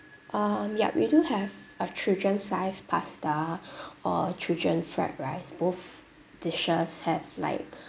um yup we do have a children sized pasta or a children fried rice both dishes have like